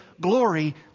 glory